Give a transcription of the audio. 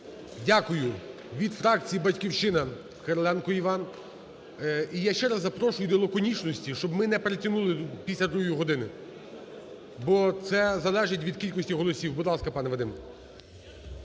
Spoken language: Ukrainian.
Дякую. Від фракції "Батьківщина" Кириленко Іван. І я ще раз запрошую до лаконічності, щоб ми не перетягнули після другої години. Бо це залежить від кількості голосів. Будь ласка, пане Вадим.